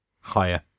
Higher